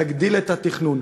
נגדיל את התכנון,